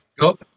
Go